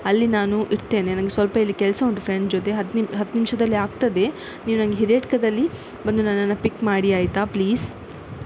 ಅಲ್ಲಿ ನಾನು ಇರ್ತೇನೆ ನಂಗೆ ಸ್ವಲ್ಪ ಇಲ್ಲಿ ಕೆಲಸ ಉಂಟು ಫ್ರೆಂಡ್ ಜೊತೆ ಹತ್ತು ನಿಮ್ ಹತ್ತು ನಿಮಿಷದಲ್ಲಿ ಆಗ್ತದೆ ನೀವು ನಂಗೆ ಹಿರಿಯಡ್ಕದಲ್ಲಿ ಬಂದು ನನ್ನನ್ನು ಪಿಕ್ ಮಾಡಿ ಆಯಿತಾ ಪ್ಲೀಸ್